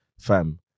fam